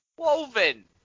Woven